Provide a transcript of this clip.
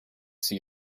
see